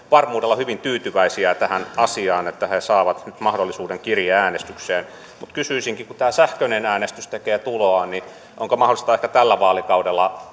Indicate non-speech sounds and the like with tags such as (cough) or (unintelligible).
(unintelligible) varmuudella hyvin tyytyväisiä tähän asiaan että he saavat nyt mahdollisuuden kirjeäänestykseen kysyisin kun sähköinen äänestys tekee tuloaan niin onko mahdollista ehkä tällä vaalikaudella (unintelligible)